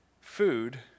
food